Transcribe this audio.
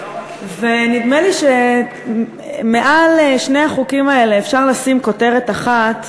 נדמה לי שמעל שני החוקים האלה אפשר לשים כותרת אחת: